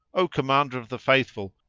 o commander of the faithful,